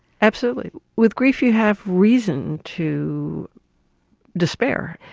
absolutely. with grief you have reason to despair,